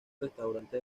restaurante